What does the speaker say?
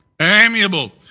Amiable